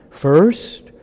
First